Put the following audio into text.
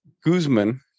Guzman